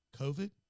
COVID